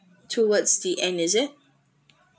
towards the end is it